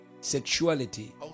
sexuality